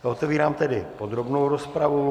Otevírám tedy podrobnou rozpravu.